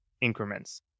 increments